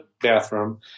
bathroom